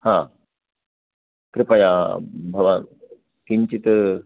हा कृपया भवान् किञ्चित्